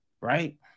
right